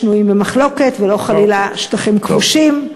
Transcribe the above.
שנויים במחלוקת ולא חלילה שטחים כבושים.